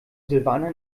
silvana